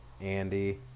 Andy